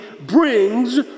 brings